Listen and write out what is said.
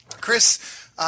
Chris